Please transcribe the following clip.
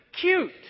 cute